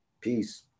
Peace